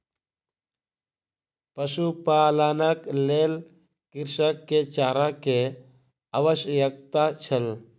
पशुपालनक लेल कृषक के चारा के आवश्यकता छल